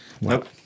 Nope